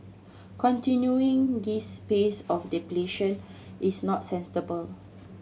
continuing this pace of depletion is not sustainable